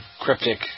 cryptic